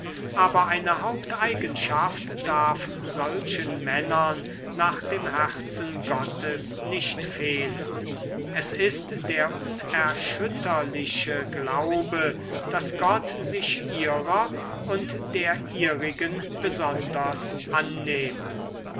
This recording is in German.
aber eine haupteigenschaft darf solchen männern nach dem herzen gottes nicht fehlen es ist der unerschütterliche glaube daß gott sich ihrer und der ihrigen besonders annehme